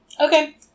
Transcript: Okay